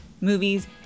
movies